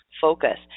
focus